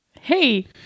Hey